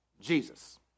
Jesus